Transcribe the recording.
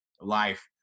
life